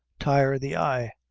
tire the eye,